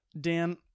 Dan